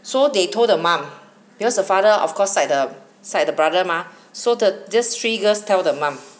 so they told the mom because the father of course side the side the brother mah so the this three girls told the mom